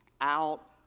out